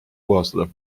puhastada